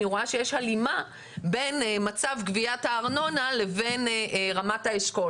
אני רואה שיש הלימה בין מצב גביית הארנונה לבין רמת האשכול.